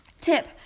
tip